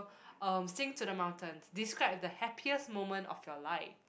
um sing to the mountains describe the happiest moment of your life